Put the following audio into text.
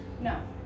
no